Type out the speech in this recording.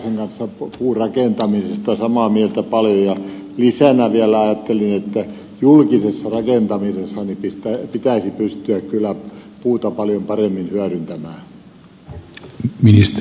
laukkasen kanssa puurakentamisesta paljon samaa mieltä ja lisänä vielä ajattelin että julkisessa rakentamisessa pitäisi kyllä pystyä puuta paljon paremmin hyödyntämään